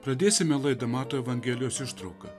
pradėsime laidą mato evangelijos ištrauka